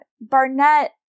Barnett